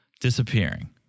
disappearing